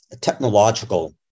technological